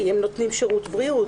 כי הם נותנים שירות בריאות.